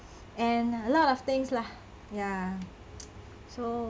and a lot of things lah ya so